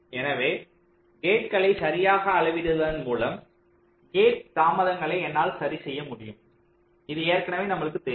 எனவே கேட்களை சரியாக அளவிடுவதன் மூலம் கேட் தாமதங்களை என்னால் சரிசெய்ய முடியும் இது ஏற்கனவே நமக்கு தெரியும்